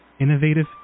innovative